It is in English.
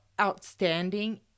outstanding